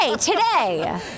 Today